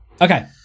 okay